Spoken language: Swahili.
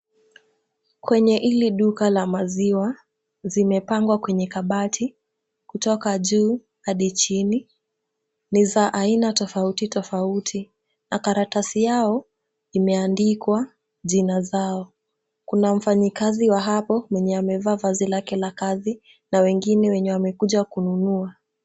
Kwenye hili duka la maziwa, zimepangwa kwenye kabati, kutoka juu hadi chini, ni zaa aina tofauti tofauti, na karatasi yao imeandikwa jina zao, kuna mfanyikazi wa hapo wenye amevaa vazi lake la kazi, na wengine wenye wamekuja kununua.